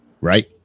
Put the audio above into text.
right